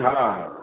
हा